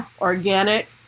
organic